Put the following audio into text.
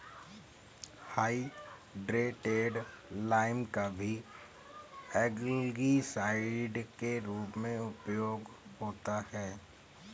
hydrated lime का भी algicide के रूप में उपयोग होता है